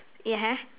yeah